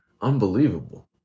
unbelievable